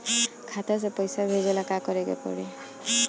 खाता से पैसा भेजे ला का करे के पड़ी?